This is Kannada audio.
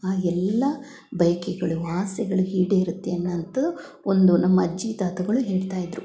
ಆ ಎಲ್ಲ ಬಯಕೆಗಳು ಆಸೆಗಳು ಈಡೇರತ್ತೆ ಎನ್ನುವಂತ ಒಂದು ನಮ್ಮ ಅಜ್ಜಿ ತಾತಗಳು ಹೇಳ್ತಾಯಿದ್ದರು